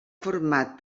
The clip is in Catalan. format